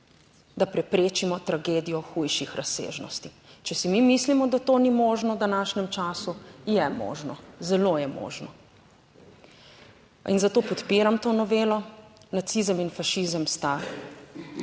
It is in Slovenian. da preprečimo tragedijo hujših razsežnosti. Če si mi mislimo, da to ni možno v današnjem času je možno, zelo je možno in zato podpiram to novelo. Nacizem in fašizem sta